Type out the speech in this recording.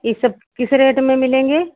ई सब किस रेट में मिलेंगे